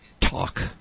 talk